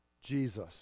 Jesus